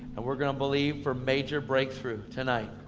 and we're going to believe for major breakthrough tonight.